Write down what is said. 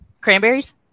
cranberries